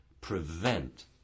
prevent